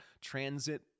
transit